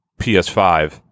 ps5